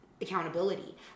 accountability